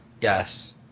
Yes